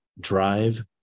drive